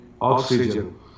oxygen